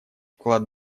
вклад